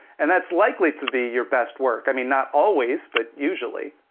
and that's likely to be your best work. i mean not always, but usually.